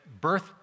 birth